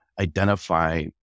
identify